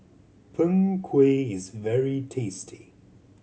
Png Kueh is very tasty